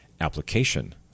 application